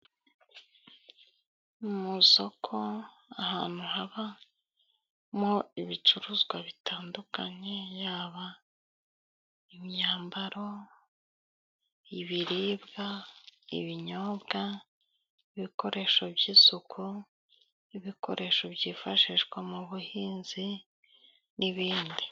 Mu soko ahantu habamo ibicuruzwa bitandukanye, yaba imyambaro ibiribwa, ibinyobwa n'ibikoresho by'isuku, n'ibikoresho byifashishwa mu buhinzi n'ibindi.